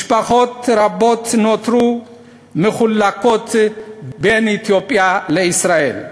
משפחות רבות נותרו מחולקות בין אתיופיה לישראל.